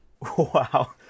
Wow